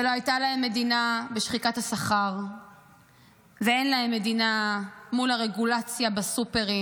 ולא הייתה להם מדינה בשחיקת השכר ואין להם מדינה מול הרגולציה בסופרים,